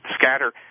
scatter